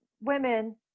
women